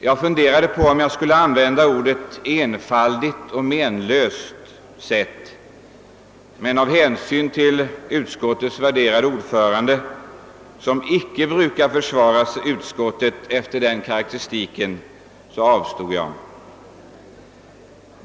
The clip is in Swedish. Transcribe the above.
Jag funderade på om jag skulle använda orden enfaldigt och menlöst sätt, men av hänsyn till utskottets värderade ordförande, som icke brukar försvara utskottsutlåtanden efter den karakteristiken, så avstod jag därifrån.